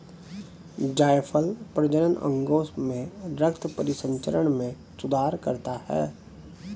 जायफल प्रजनन अंगों में रक्त परिसंचरण में सुधार करता है